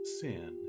sin